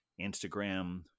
instagram